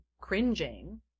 cringing